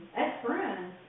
ex-friends